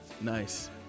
Nice